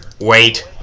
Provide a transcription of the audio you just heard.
wait